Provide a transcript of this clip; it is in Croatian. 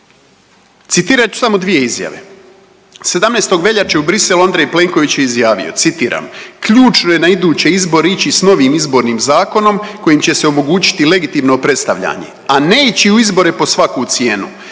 Citirat ću samo dvije izjave, 17. veljače u Briselu Andrej Plenković je izjavio, citiram, ključno je na iduće izbore ići s novim Izbornim zakonom kojim će se omogućiti legitimno predstavljanje, a ne ići u izbore pod svaku cijenu,